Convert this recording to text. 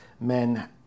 men